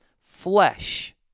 flesh